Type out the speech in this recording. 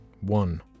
One